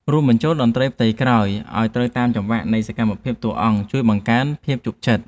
រួមបញ្ចូលតន្ត្រីផ្ទៃក្រោយឱ្យត្រូវតាមចង្វាក់នៃសកម្មភាពតួអង្គជួយបង្កើនភាពជក់ចិត្ត។